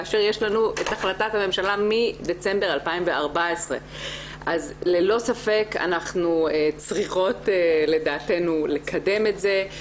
כאשר יש לנו את החלטת הממשלה מדצמבר 2014. אז ללא ספק אנחנו צריכות לדעתנו לקדם את זה,